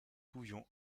pouvions